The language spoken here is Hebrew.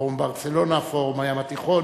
פורום ברצלונה, פורום הים התיכון.